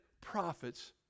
prophets